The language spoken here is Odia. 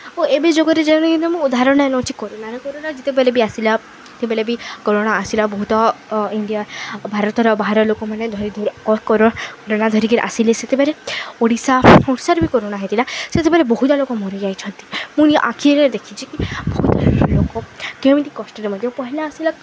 ଓ ଏବେ ଯୁଗରେ ଯେମିତିକି ମୁଁ ଉଦାହରଣ ନେଉଚି କରୋନାରେ କରୋନା ଯେତେବେଲେ ବି ଆସିଲା ଯେତେବେଲେ ବି କରୋନା ଆସିଲା ବହୁତ ଇଣ୍ଡିଆ ଭାରତର ବାହାର ଲୋକମାନେ ଧରି ଧୁରା କରୋନା ଧରିକିରି ଆସିଲେ ସେତେବେଲେ ଓଡ଼ିଶା ଓଡ଼ିଶାରେ ବି କରୋନା ହେଇଥିଲା ସେତେବେଳେ ବହୁତଟେ ଲୋକ ମରିଯାଇଛନ୍ତି ମୁଁ ଆଖିରେ ଦେଖିଚି କି ବହୁତ ଲୋକ କେମିତି କଷ୍ଟରେ ମଧ୍ରିଲେ ପହିଲା ଆସିଲା